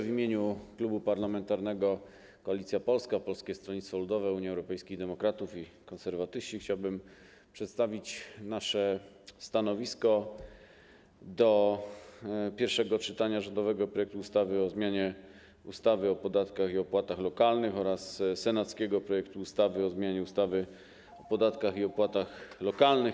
W imieniu Klubu Parlamentarnego Koalicja Polska - Polskie Stronnictwo Ludowe, Unia Europejskich Demokratów, Konserwatyści chciałbym przedstawić stanowisko wobec rządowego projektu ustawy o zmianie ustawy o podatkach i opłatach lokalnych oraz senackiego projektu ustawy o zmianie ustawy o podatkach i opłatach lokalnych.